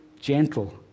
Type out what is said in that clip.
Gentle